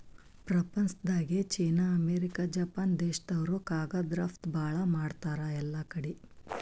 ಪ್ರಪಂಚ್ದಾಗೆ China, America, Japan ದೇಶ್ದವ್ರು ಕಾಗದ್ ರಫ್ತು ಭಾಳ್ ಮಾಡ್ತಾರ್ ಎಲ್ಲಾಕಡಿ